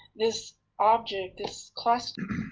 this object, this cluster